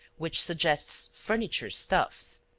which suggests furniture stuffs.